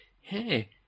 hey